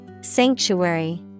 Sanctuary